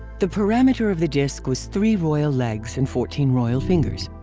the perimeter of the disc was three royal legs and fourteen royal fingers.